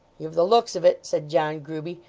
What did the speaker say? you've the looks of it said john grueby.